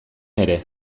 ere